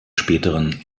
späteren